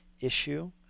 issue